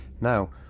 now